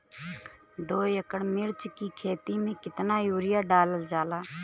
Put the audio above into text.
दो एकड़ मिर्च की खेती में कितना यूरिया डालल जाला?